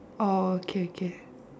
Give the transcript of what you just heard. orh K K